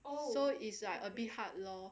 so is like a bit hard lor